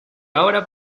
ahora